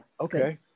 Okay